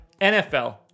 NFL